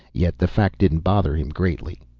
yet the fact didn't bother him greatly.